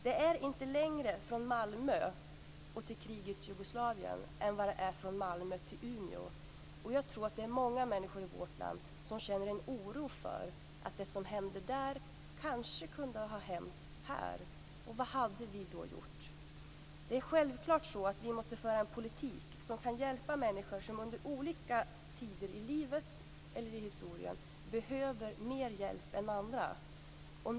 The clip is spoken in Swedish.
Det är inte längre från Malmö till krigets Jugoslavien än vad det är från Malmö till Umeå. Jag tror att det är många människor i vårt land som känner en oro när de tänker att det som händer där kanske kunde ha hänt här. Vad hade vi då gjort? Det är självklart så att vi måste föra en politik som kan hjälpa människor som under olika tider i livet eller i historien behöver mer hjälp än andra.